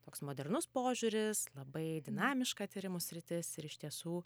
toks modernus požiūris labai dinamiška tyrimų sritis ir iš tiesų